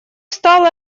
стало